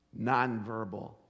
nonverbal